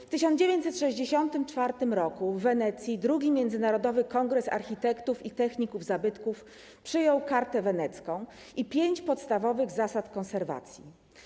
W 1964 r. w Wenecji II Międzynarodowy Kongres Architektów i Techników Zabytków przyjął kartę wenecką i 5 podstawowych zasad konserwacji.